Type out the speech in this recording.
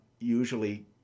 usually